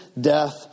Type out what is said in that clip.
death